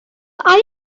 are